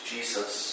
Jesus